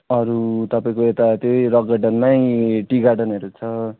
अरू तपाईँको यता त्यही रक गार्डनमै टी गार्डनहरू छ